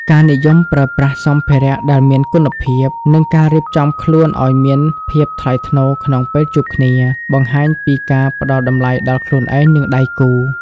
ការនិយមប្រើប្រាស់សម្ភារៈដែលមានគុណភាព និងការរៀបចំខ្លួនឱ្យមានភាពថ្លៃថ្នូរក្នុងពេលជួបគ្នា បង្ហាញពីការផ្ដល់តម្លៃដល់ខ្លួនឯង និងដៃគូ។